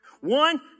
One